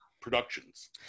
productions